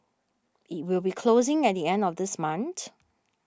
it will be closing at the end of this month